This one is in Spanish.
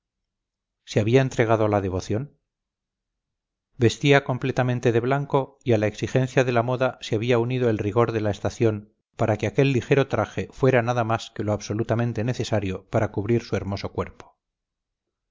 se había entregado a la devoción vestía completamente de blanco y a la exigencia de la moda se había unido el rigor de la estación para que aquel ligero traje fuera nada más que lo absolutamente necesario para cubrir su hermoso cuerpo